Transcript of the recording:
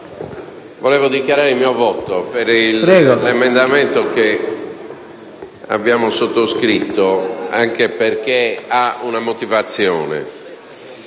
volevo dichiarare il mio voto favorevole all’emendamento 11.2, che abbiamo sottoscritto, anche perche´ ha una motivazione.